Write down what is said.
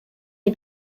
les